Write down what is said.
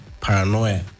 paranoia